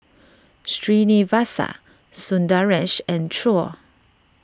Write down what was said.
Srinivasa Sundaresh and Choor